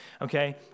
Okay